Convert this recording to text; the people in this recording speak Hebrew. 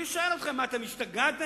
אני שואל אתכם: מה, אתם השתגעתם?